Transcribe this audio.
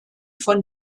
von